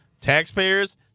taxpayers